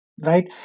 right